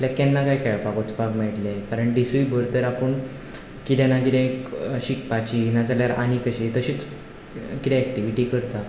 आपल्याक केन्ना लायक खेळपाक वचपाक मेळटलें कारण दिसूय भर तर आपूण कितें ना कितें शिकपाची ना जाल्यार आनी कशी तशीच कितें एक्टिविटी करता